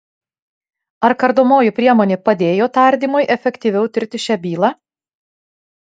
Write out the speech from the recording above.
ar kardomoji priemonė padėjo tardymui efektyviau tirti šią bylą